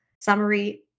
summary